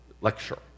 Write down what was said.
Lecture